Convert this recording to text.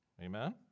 Amen